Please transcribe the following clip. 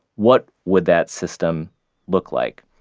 what would that system look like?